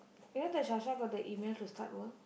you know that Sasha got the email to start work